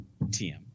TM